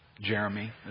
Jeremy